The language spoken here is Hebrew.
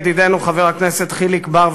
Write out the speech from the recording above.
ידידנו חבר הכנסת חיליק בר,